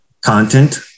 content